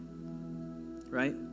right